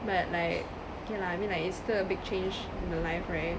but like okay lah I mean like it's still a big change in the life right